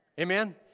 Amen